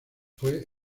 fue